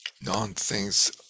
Non-things